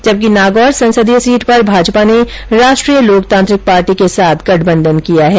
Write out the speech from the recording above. जबकि नागौर संसदीय सीट पर भाजपा ने राष्ट्रीय लोकतांत्रिक पार्टी के साथ गठबंधन किया है